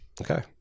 Okay